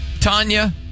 Tanya